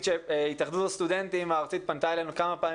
התאחדות הסטודנטים הארצית פנתה אלינו כמה פעמים